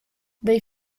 they